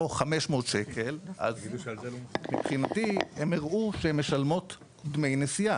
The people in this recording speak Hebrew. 500 שקלים אז מבחינתי הן הראו שהן משלמות דמי נסיעה.